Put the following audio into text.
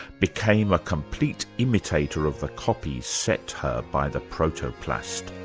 became a complete imitator of the copy set her by the protoplast.